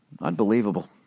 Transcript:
Unbelievable